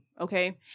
okay